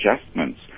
adjustments